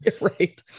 Right